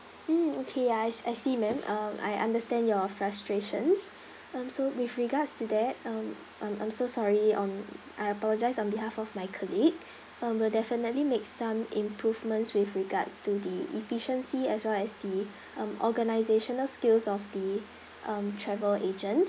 um okay ya I I see ma'am um I understand your frustrations um so with regards to that um I'm I'm so sorry on I apologise on behalf of my colleague um we'll definitely make some improvements with regards to the efficiency as well as the um organisational skills of the um travel agent